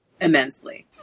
immensely